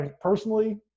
personally